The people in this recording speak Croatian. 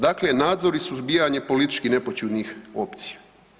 Dakle, nadzor i suzbijanje politički nepoćudnih opcija.